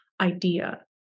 idea